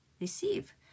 receive